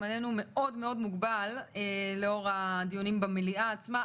זמננו מאוד מאוד מוגבל לאור הדיונים במליאה עצמה.